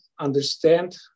understand